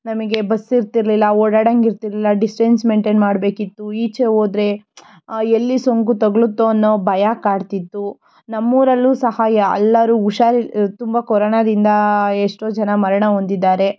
ನಮಗೆ ಬಸ್ ಇರ್ತಿರಲಿಲ್ಲ ಓಡಾಡಂಗೆ ಇರ್ತಿರಲಿಲ್ಲ ಡಿಸ್ಟೆನ್ಸ್ ಮೇಯ್ನ್ಟೇನ್ ಮಾಡಬೇಕಿತ್ತು ಈಚೆ ಹೋದ್ರೆ ಎಲ್ಲಿ ಸೋಂಕು ತಗಲುತ್ತೋ ಅನ್ನೋ ಭಯ ಕಾಡ್ತಿತ್ತು ನಮ್ಮ ಊರಲ್ಲೂ ಸಹಾಯ ಎಲ್ಲರೂ ಹುಷಾರಿಲ್ಲ ತುಂಬ ಕೊರೋನಾದಿಂದ ಎಷ್ಟೋ ಜನ ಮರಣ ಹೊಂದಿದ್ದಾರೆ